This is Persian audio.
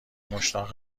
مشتاق